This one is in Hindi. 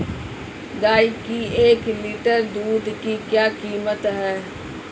गाय के एक लीटर दूध की क्या कीमत है?